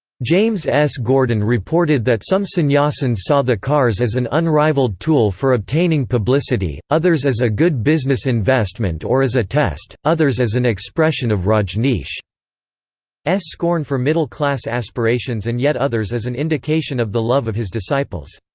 james s. gordon reported that some sannyasins saw the cars as an unrivalled tool for obtaining publicity, others as a good business investment or as a test, others as an expression of rajneesh's scorn for middle-class aspirations and yet others as an indication of the love of his disciples.